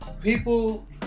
people